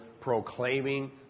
proclaiming